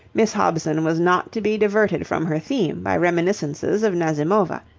miss hobson was not to be diverted from her theme by reminiscences of nazimova.